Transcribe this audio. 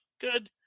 good